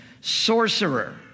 sorcerer